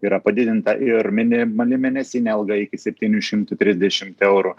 yra padidinta ir minimali mėnesinė alga iki septynių šimtų trisdešim eurų